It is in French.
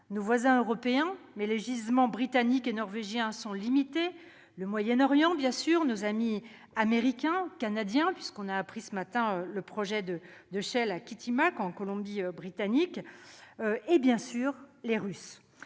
nos voisins européens- mais les gisements britanniques et norvégiens sont limités -, le Moyen-Orient, nos amis américains et canadiens- nous avons appris ce matin le projet de Shell à Kitimat en Colombie-Britannique -et les Russes.